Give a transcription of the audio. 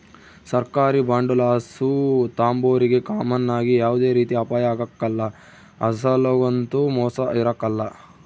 ಸರ್ಕಾರಿ ಬಾಂಡುಲಾಸು ತಾಂಬೋರಿಗೆ ಕಾಮನ್ ಆಗಿ ಯಾವ್ದೇ ರೀತಿ ಅಪಾಯ ಆಗ್ಕಲ್ಲ, ಅಸಲೊಗಂತೂ ಮೋಸ ಇರಕಲ್ಲ